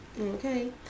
Okay